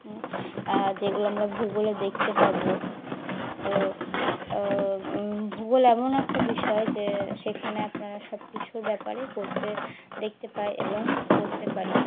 যেগুলো আমরা ভূগোলে দেখতে পাবো তো ভূগোল এমন একটা বিষয় যে সেখানে আপনারা সব কিছুর ব্যাপারে করতে দেখতে পাই এবং করতে পারি